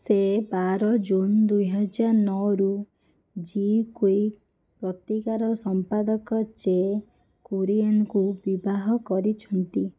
ସେ ବାର ଜୁନ୍ ଦୁଇହଜାର ନଅରୁ ଜି କ୍ୟୁ ପତ୍ରିକାର ସମ୍ପାଦକ ଚେ କୁରିଏନଙ୍କୁ ବିବାହ କରିଛନ୍ତି